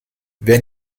wer